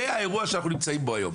זה האירוע שאנחנו נמצאים בו היום.